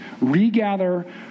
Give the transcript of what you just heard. regather